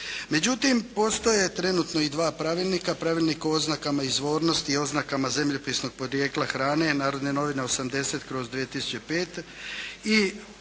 Međutim postoje trenutno i dva pravilnika, Pravilnik o oznakama izvornosti i oznakama zemljopisnog podrijetla hrane "Narodne novine" br. 80/05.